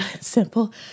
simple